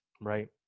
Right